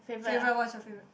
favourite what's your favourite